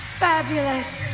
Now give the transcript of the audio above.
fabulous